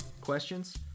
Questions